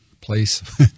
place